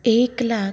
एक लाख